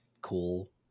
cool